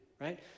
right